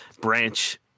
Branch